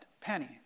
Penny